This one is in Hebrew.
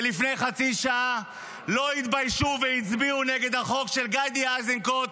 ולפני חצי שעה לא התביישו והצביעו נגד החוק של גדי איזנקוט,